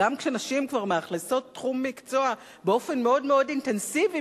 גם כשנשים כבר מאכלסות תחום מקצוע באופן מאוד-מאוד אינטנסיבי,